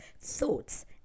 thoughts